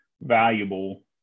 valuable